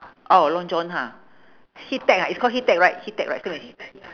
oh long john ha heat tech ah it's called heat tech right heat tech right same with